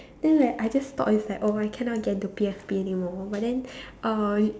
then like I just thought it's like oh I cannot get into P_F_P anymore but then uh